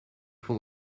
vond